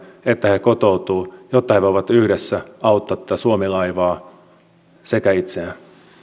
että he kotoutuvat jotta he voivat yhdessä auttaa tätä suomi laivaa sekä itseään